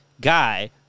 guy